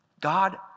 God